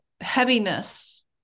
heaviness